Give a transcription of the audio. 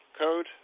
code